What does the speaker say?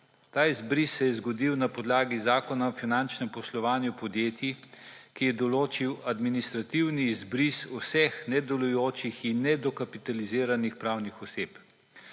Ta izbris se je zgodil na podlagi Zakona o finančnem poslovanju podjetij, ki je določil administrativni izbris vseh nedelujočih in nedokapitaliziranih pravnih oseb.